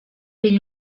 been